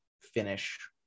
finish